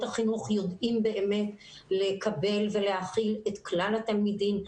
החינוך יודעים באמת לקבל ולהכיל את כלל התלמידים.